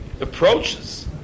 approaches